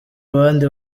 abandi